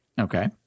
Okay